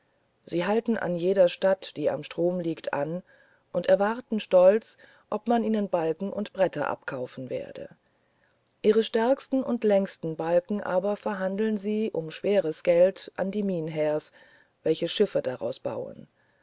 sie halten an jeder stadt die am strom liegt an und erwarten stolz ob man ihnen balken und bretter abkaufen werde ihre stärksten und längsten balken aber verhandeln sie um schweres geld an die mynheers welche schiffe daraus bauen